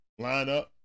lineup